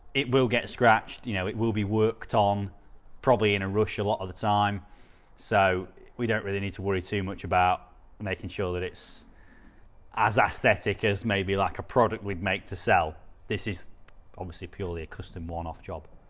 it will get scratched. you know it will be worked on probably in a rush a lot of the time so we don't really need to worry too much about making sure that it's as athletic as maybe like a product with mate to sell this is obviously purely a custom one-off job.